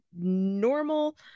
normal